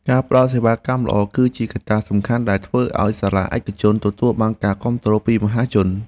ការផ្តល់សេវាកម្មល្អគឺជាកត្តាសំខាន់ដែលធ្វើឱ្យសាលាឯកជនទទួលបានការគាំទ្រពីមហាជន។